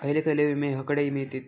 खयले खयले विमे हकडे मिळतीत?